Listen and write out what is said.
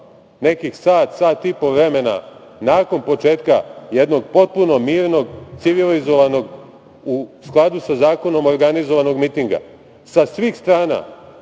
nekih sat, sat i po vremena nakon početka jednog potpuno mirnog, civilizovanog, u skladu sa zakonom organizovanog mitinga? Sa svih strana